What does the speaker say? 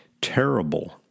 terrible